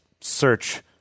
search